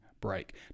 break